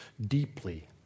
deeply